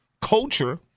culture